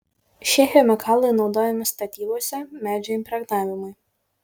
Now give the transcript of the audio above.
šie chemikalai naudojami statybose medžio impregnavimui